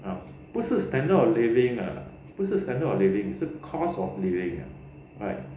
啊不是 standard of living 啊不是 standard of living 是 cost of living right